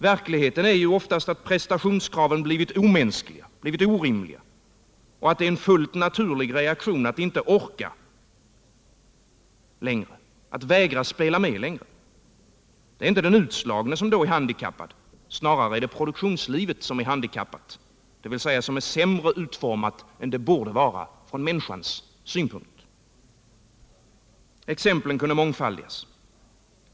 Verkligheten är ju oftast den att prestationskraven blivit orimliga och omänskliga och att det är en fullt naturlig reaktion att inte orka, att vägra spela med längre. Det är inte den utslagne som då är handikappad, snarare är det produktionslivet som är handikappat — dvs. som är sämre utformat än det borde vara från människans synpunkt. Exemplen kunde mångfaldigas.